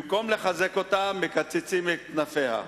במקום לחזק אותה מקצצים את כנפיה.